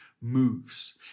moves